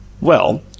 Well